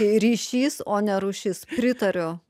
ryšys o ne rūšis pritariu